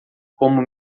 como